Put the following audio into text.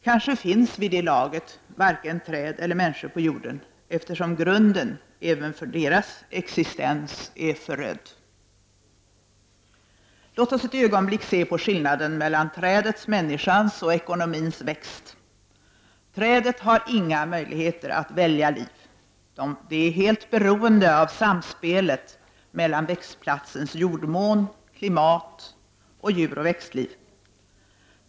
Kanske finns det vid det laget varken träd eller människor på jorden, eftersom grunden även för deras existens är förödd. Låt oss ett ögonblick se på skillnaden mellan trädets, människans och ekonomins växt. Trädet har inga möjligheter att välja liv. Det är helt beroende av samspelet mellan växtplatsens jordmån, klimat och djuroch växtliv.